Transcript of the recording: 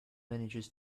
manages